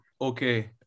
okay